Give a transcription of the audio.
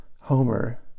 Homer